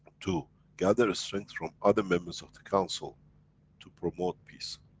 to gather strength from other members of the council to promote peace,